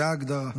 זאת ההגדרה.